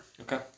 Okay